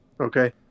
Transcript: Okay